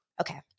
okay